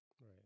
Right